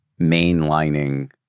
mainlining